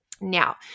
Now